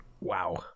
Wow